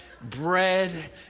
bread